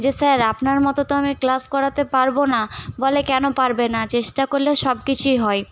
যে স্যার আপনার মতো তো আমি ক্লাস করাতে পারবো না বলে কেন পারবে না চেষ্টা করলে সব কিছুই হয়